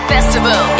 Festival